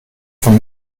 von